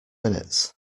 minutes